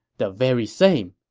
the very same.